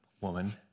woman